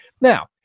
now